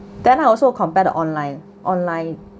then I also compared to online online